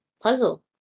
puzzle